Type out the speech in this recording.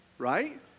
right